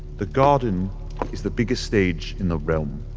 the garden is the biggest stage in the realm.